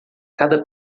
cada